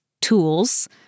tools